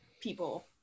people